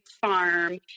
farm